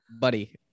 Buddy